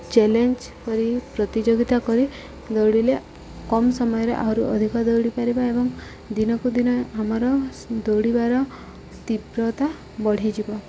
challenge କରି ପ୍ରତିଯୋଗିତା କରି ଦୌଡ଼ିଲେ କମ୍ ସମୟରେ ଆହୁରି ଅଧିକ ଦୌଡ଼ି ପାରିବା ଏବଂ ଦିନକୁ ଦିନ ଆମର ଦୌଡ଼ିବାର ତୀବ୍ରତା ବଢ଼ିଯିବ